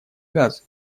газы